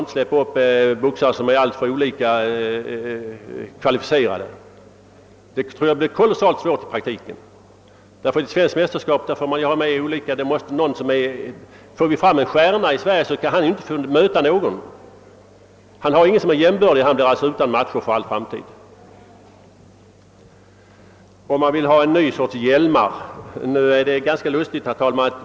De skall inte vara alltför olika kvalificerade. Det tror jag dock kommer att bli oerhört svårt att uppfylla i praktiken. Om det kommer fram en boxningsstjärna här i landet, så skulle han ju inte få möta någon motståndare, t.ex. vid svenska mästerskapstävlingar. Han har ju ingen jämbördig motståndare. Han blir då utan matcher för all framtid. Likaså vill utredningen införa en ny sorts hjälm.